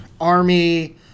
Army